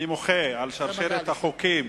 אני מוחה על שרשרת החוקים